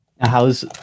How's